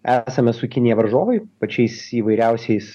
esame su kinija varžovai pačiais įvairiausiais